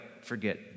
forget